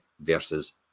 versus